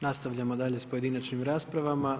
Nastavljamo dalje s pojedinačnim raspravama.